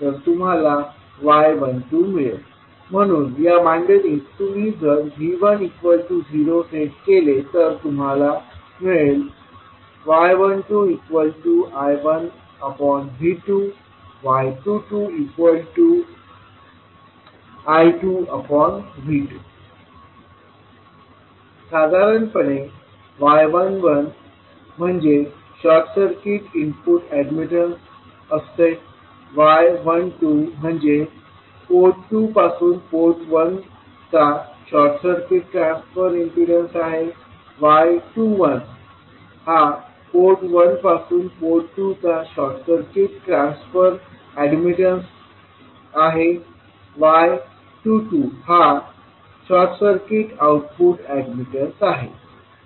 तर तुम्हाला y12 मिळेल म्हणून या मांडणीत तुम्ही जर V10 सेट केले तर तुम्हाला मिळेल y12I1V2y22I2V2 साधारणपणे y11 short circuit input admittance y12 port 2 पासून पोर्ट 1 चा short circuit transfer admittance y21 port 1 पासून पोर्ट 2 चा short circuit transfer admittance y22 short circuit output admittance